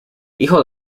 hijo